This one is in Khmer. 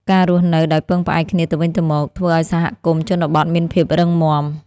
ការរស់នៅដោយពឹងផ្អែកគ្នាទៅវិញទៅមក ធ្វើឱ្យសហគមន៍ជនបទមានភាពរឹងមាំ។